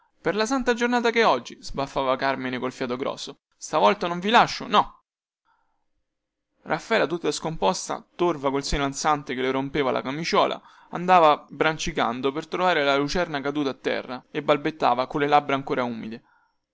per la santa giornata chè oggi sbuffava carmine col fiato grosso stavolta non vi lascio no raffaela tutta scomposta torva col seno ansante che le rompeva la camiciuola andava brancicando per trovare la lucerna caduta a terra e balbettava colle labbra ancora umide